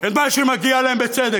את מה שמגיע להם בצדק.